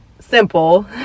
simple